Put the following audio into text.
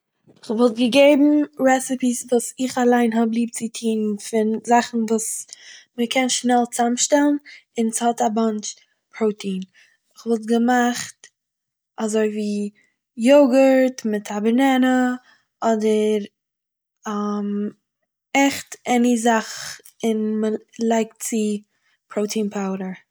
איך וואלט געגעבן רעסיפיס וואס איך אליין האב ליב צו טון פון זאכן וואס מ'קען שנעל צאמשטעלן און ס'האט א באנטש פראטין איך וואלט געמאכט אזוי וואו יאגורט מיט א בענענע אדער עכט עני זאך און מ'לייגט צו פראטין פאודער